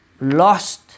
lost